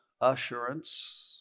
assurance